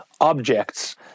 objects